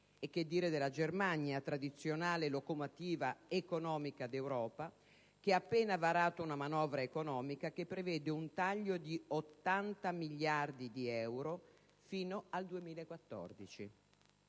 E che dire della Germania, tradizionale locomotiva economica d'Europa, che ha appena varato una manovra economica che prevede un taglio di 80 miliardi di euro fino al 2014?